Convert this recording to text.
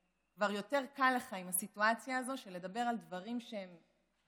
כבר יותר קל לך עם הסיטואציה הזו של לדבר על דברים שהם בליבך,